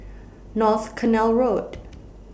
North Canal Road